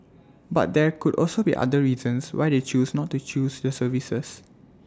but there could also be other reasons why they choose not to choose the services